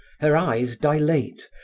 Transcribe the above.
her eyes dilate,